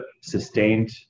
sustained